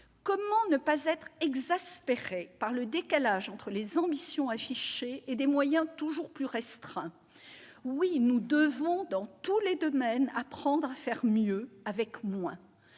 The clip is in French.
Comment ne pas être exaspéré par le décalage entre les ambitions affichées et des moyens toujours plus restreints ? Oui nous devons, dans tous les domaines, apprendre à faire mieux avec moins